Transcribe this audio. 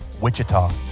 Wichita